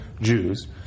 Jews